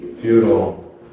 futile